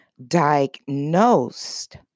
diagnosed